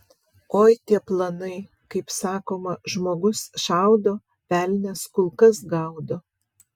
oi tie planai kaip sakoma žmogus šaudo velnias kulkas gaudo